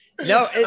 No